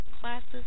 classes